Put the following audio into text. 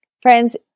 Friends